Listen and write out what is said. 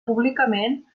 públicament